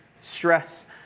stress